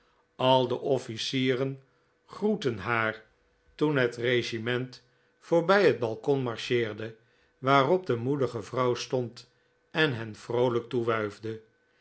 al de officieren groetten haar toen het regiment voorbij het balkon marcheerde waarop de moedige vrouw stond en hen vroolijk